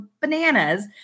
bananas